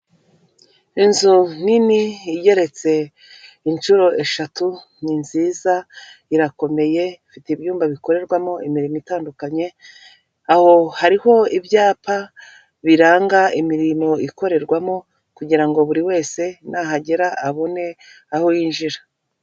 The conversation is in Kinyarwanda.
Inzu nini igeretse inshuro eshatu ni nziza, irakomeye, ifite ibyumba bikorerwamo imirimo itandukanye, aho hariho ibyapa biranga imirimo ikorerwamo kugira ngo buri wese nahagera abone aho yinjira.